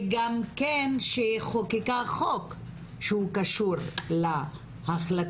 וגם כן שהיא חוקקה חוק שהוא קשור להחלטה,